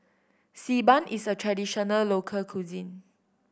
Xi Ban is a traditional local cuisine